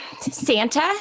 Santa